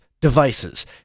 devices